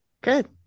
Good